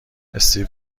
استیو